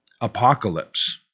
Apocalypse